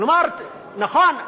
נכון,